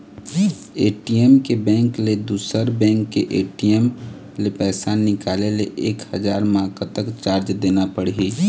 ATM के bank ले दुसर बैंक के ए.टी.एम ले पैसा निकाले ले एक हजार मा कतक चार्ज देना पड़ही?